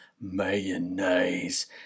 mayonnaise